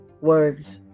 words